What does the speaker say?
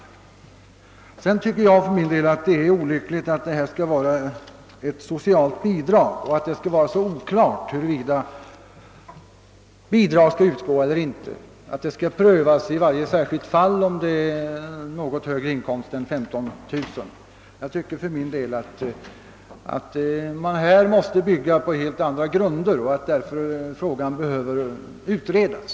Jag tycker för min del att det är olyckligt att dessa ersättningar skall ha karaktären av socialbidrag och att det skall vara så osäkert huruvida bidrag kan utgå eller inte. Det skall ju nu prövas i varje särskilt fall om vederbörande har högre inkomst än 15 000 kronor. Jag tycker att man här måste bygga på helt andra grunder och att hela frågan därför behöver utredas.